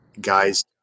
guys